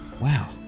wow